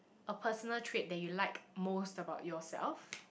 a personal trait that you like most about yourself